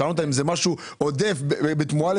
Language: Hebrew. שאלנו אותם אם זה משהו עודף בתמורה לזה,